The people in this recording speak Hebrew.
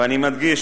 ואני מדגיש,